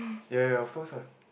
ya ya of course ah